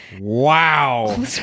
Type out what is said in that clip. wow